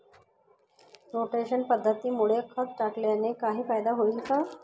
Rotation पद्धतीमुळे खत टाकल्याने काही फायदा होईल का?